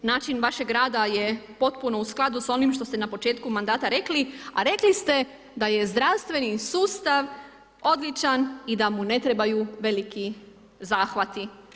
Način vašeg rada je potpuno u skladu s onim što ste na početku mandata rekli, a rekli ste da je zdravstveni sustav odličan i da mu ne trebaju veliki zahvati.